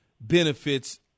benefits